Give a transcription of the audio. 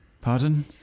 Pardon